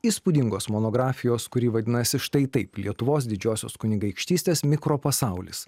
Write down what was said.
įspūdingos monografijos kuri vadinasi štai taip lietuvos didžiosios kunigaikštystės mikropasaulis